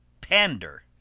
pander